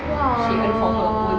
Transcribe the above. !wah!